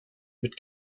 mit